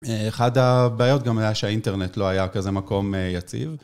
אחד הבעיות גם היה שהאינטרנט לא היה כזה מקום יציב.